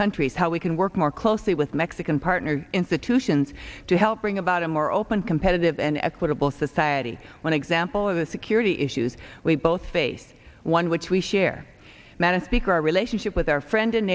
countries how we can work more closely with mexican partner institutions to help bring about a more open competitive and equitable society when example of the security issues we both face one which we share manage because our relationship with our friend and